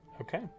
Okay